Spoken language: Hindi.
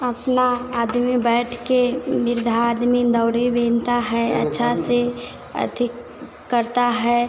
अपना आदमी बैठकर आदमी इन्दौरी बीनता है अच्छा से अधिक करता है